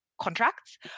contracts